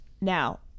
Now